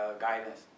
guidance